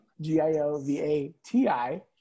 g-i-o-v-a-t-i